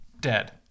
Dead